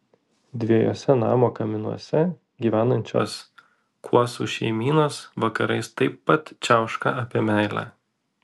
dviejuose namo kaminuose gyvenančios kuosų šeimynos vakarais taip pat čiauška apie meilę